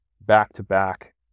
back-to-back